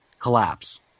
Collapse